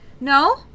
No